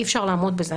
אי אפשר לעמוד בזה.